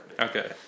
Okay